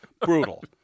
Brutal